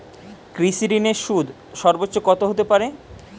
কৃষিঋণের সুদ সর্বোচ্চ কত হতে পারে?